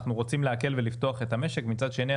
אנחנו רוצים להקל ולפתוח את המשק ומצד שני,